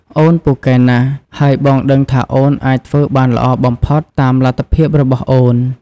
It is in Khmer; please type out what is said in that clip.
អូនពូកែណាស់ ហើយបងដឹងថាអូនអាចធ្វើបានល្អបំផុតតាមលទ្ធភាពរបស់អូន។